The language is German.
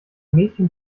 mädchen